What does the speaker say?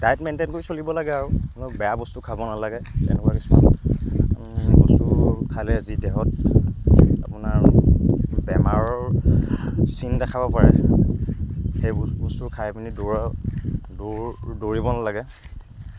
diet maintain কৰি চলিব লাগে আৰু অ বেয়া বস্তু খাব নালাগে তেনেকুৱা কিছুমান বস্তু খালে যি দেহত আপোনাৰ বেমাৰৰ চিন দেখাব পাৰে সেই বস্তু খাই পিনি দৌৰ দৌ দৌৰিব নালাগে